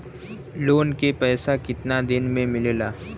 Loan के पैसा कितना दिन मे मिलेला?